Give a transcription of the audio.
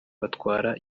batwara